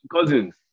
Cousins